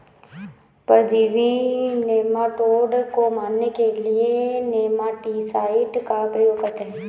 परजीवी नेमाटोड को मारने के लिए नेमाटीसाइड का प्रयोग करते हैं